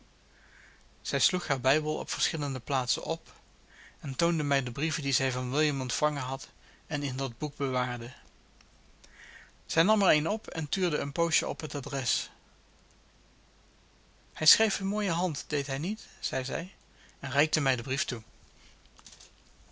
zij sloeg haar bijbel op verschillende plaatsen op en toonde mij de brieven die zij van william ontvangen had en in dat boek bewaarde zij nam er eenen op en tuurde een poosje op het adres hij schreef een mooie hand deed hij niet zeide zij en reikte mij den brief toe